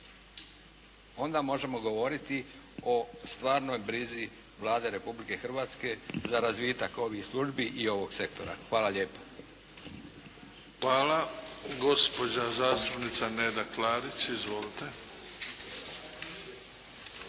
Onda možemo govoriti o stvarnoj brizi Vlade Republike Hrvatske za razvitak ovih službi i ovog sektora. Hvala lijepa. **Bebić, Luka (HDZ)** Hvala. Gospođa zastupnica Neda Klarić. Izvolite.